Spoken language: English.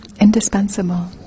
indispensable